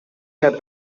had